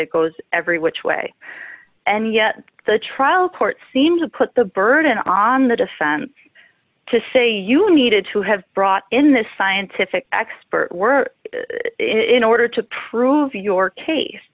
it goes every which way and yet the trial court seems to put the burden on the defense to say you needed to have brought in the scientific expert were in order to prove your case